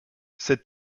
cette